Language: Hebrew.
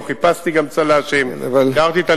גם לא חיפשתי צל"שים.